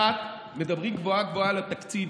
מדברים גבוהה-גבוהה על התקציב,